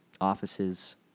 offices